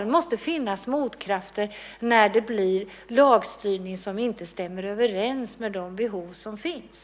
Det måste finnas motkrafter när vi får en lagstyrning som inte stämmer överens med de behov som finns.